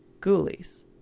Ghoulies